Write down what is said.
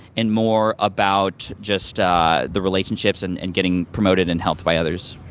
and more about just the relationships and and getting promoted and helped by others.